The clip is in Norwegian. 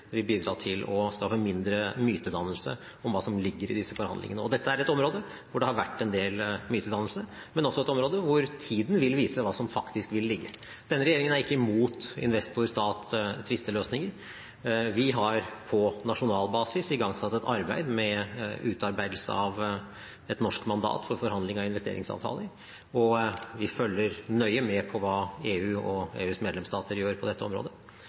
vil bidra til å skape mindre mytedannelse om hva som ligger i disse forhandlingene. Dette er et område hvor det har vært en del mytedannelse, men det er også et område hvor tiden vil vise hva som faktisk vil ligge. Denne regjeringen er ikke imot investor-stat-tvisteløsninger. Vi har på nasjonal basis igangsatt et arbeid med utarbeidelse av et norsk mandat for forhandling av investeringsavtaler, og vi følger nøye med på hva EU og EUs medlemsstater gjør på dette området.